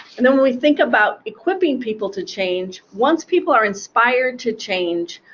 and then we think about equipping people to change. once people are inspired to change,